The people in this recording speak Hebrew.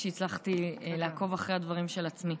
בקושי הצלחתי לעקוב אחרי הדברים של עצמי,